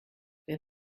wer